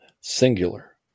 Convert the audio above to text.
singular